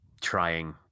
trying